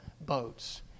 boats